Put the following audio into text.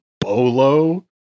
Bolo